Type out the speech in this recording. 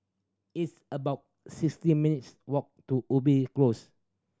it's about sixty minutes' walk to Ubi Close